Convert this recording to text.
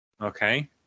Okay